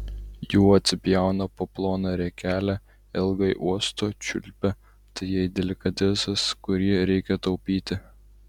jų atsipjauna po ploną riekelę ilgai uosto čiulpia tai jai delikatesas kurį reikia taupyti